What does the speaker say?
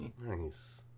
Nice